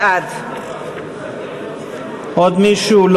בעד עוד מישהו?